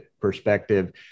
perspective